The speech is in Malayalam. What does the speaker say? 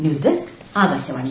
news desk Akashvani